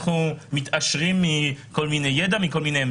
אנחנו מתעשרים מכל מיני דעות.